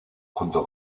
junto